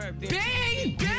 bang